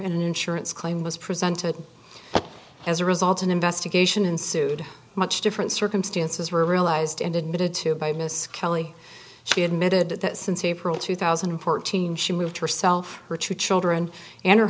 fire an insurance claim was presented as a result an investigation ensued much different circumstances were realized and admitted to by miss kelly she admitted that since april two thousand and fourteen she moved herself her two children and her